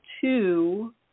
two